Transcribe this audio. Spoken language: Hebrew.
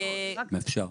לא,